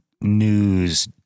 news